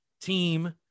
team